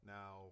Now